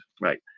right